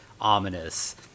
ominous